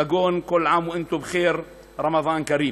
כגון כול עאם ואנתום בח'ירף רמדאן כרים.